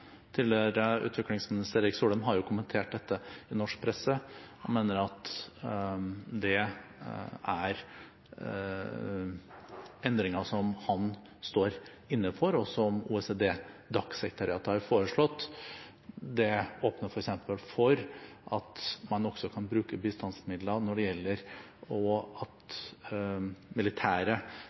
tidligere utviklingsminister Erik Solheim har kommentert dette i norsk presse og mener at det er endringer som han står inne for – og som OECD, DAC-sekretariatet har foreslått. Det åpner f.eks. for at man kan bruke bistandsmidler når det gjelder at militært personell kan beskytte kvinner og barn, og at